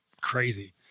crazy